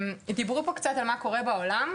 דיברו פה קצת על מה קורה בעולם,